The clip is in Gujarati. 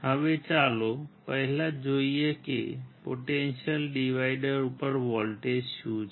હવે ચાલો પહેલા જોઈએ કે પોટેન્ટિઅલ ડિવાઇડર ઉપર વોલ્ટેજ શું છે